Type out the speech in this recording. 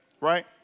Right